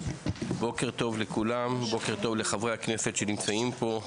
בוקר טוב לכולם, בוקר טוב לחברי הכנסת שנמצאים פה,